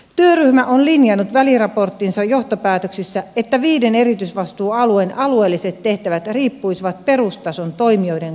työryhmä on linjannut väliraporttinsa johtopäätöksissä että viiden erityisvastuualueen alueelliset tehtävät riippuisivat perustason toimijoiden kantokyvystä